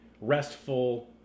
restful